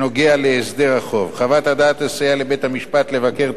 הסדרי חוב מגיעים לאישור בית-המשפט רק בסיום ההליך,